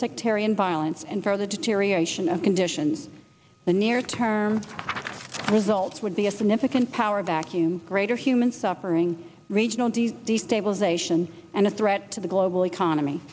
sectarian violence and further deterioration of condition the near term results would be a significant power vacuum greater human suffering regional destabilization and a threat to the global economy